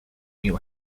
new